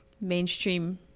mainstream